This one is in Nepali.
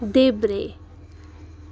देब्रे